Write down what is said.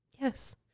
Yes